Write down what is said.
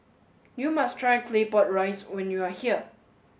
you must try Claypot rice when you are here